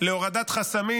על הורדת חסמים,